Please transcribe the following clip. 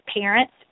parents